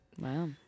Wow